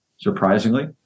surprisingly